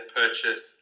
purchase